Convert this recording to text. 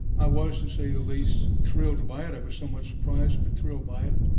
i was to say the least thrilled by it, i was somewhat surprised but thrilled by it.